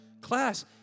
class